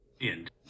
End